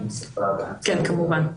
כן כמובן.